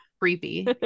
Creepy